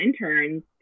interns